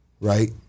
right